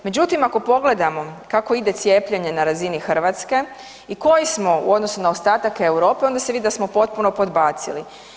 Međutim, ako pogledamo kako ide cijepljenje na razini Hrvatske i koji smo u odnosu na ostatak Europe onda se vidi da smo potpuno podbacili.